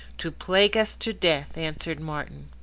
to plague us to death, answered martin.